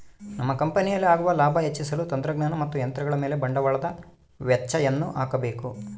ನಮ್ಮ ಕಂಪನಿಯಲ್ಲಿ ಆಗುವ ಲಾಭ ಹೆಚ್ಚಿಸಲು ತಂತ್ರಜ್ಞಾನ ಮತ್ತು ಯಂತ್ರಗಳ ಮೇಲೆ ಬಂಡವಾಳದ ವೆಚ್ಚಯನ್ನು ಹಾಕಬೇಕು